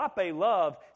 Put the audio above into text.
love